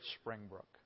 springbrook